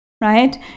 right